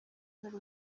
atari